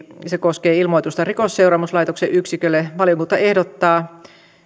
se koskee ilmoitusta rikosseuraamuslaitoksen yksikölle valiokunta ehdottaa